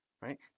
Right